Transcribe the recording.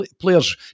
players